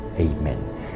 Amen